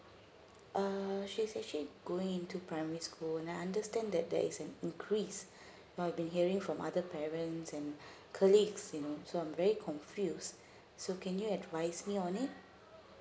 uh she's actually going into primary school and I understand that that is an increase well being hearing from other parents and colleagues you know so I'm very confused so can you advise me on it